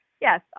yes